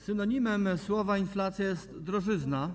Synonimem słowa „inflacja” jest słowo „drożyzna”